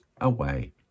away